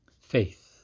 Faith